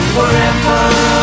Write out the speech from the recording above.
Forever